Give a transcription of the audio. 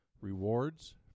Rewards